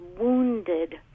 wounded